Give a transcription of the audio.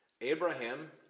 Abraham